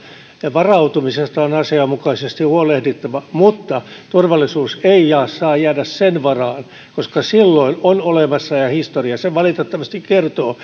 varautumisesta on asianmukaisesti huolehdittava mutta turvallisuus ei saa jäädä sen varaan koska silloin on olemassa vaara ja historia sen valitettavasti kertoo